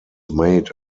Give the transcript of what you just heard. made